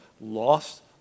lost